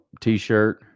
t-shirt